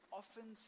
often